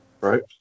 Right